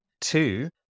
Two